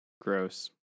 Gross